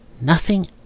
Nothing